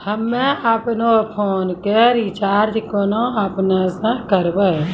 हम्मे आपनौ फोन के रीचार्ज केना आपनौ से करवै?